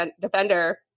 defender